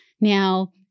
Now